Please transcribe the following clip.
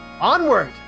Onward